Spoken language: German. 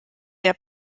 der